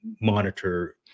monitor